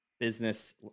business